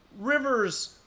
Rivers